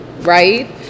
right